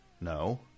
No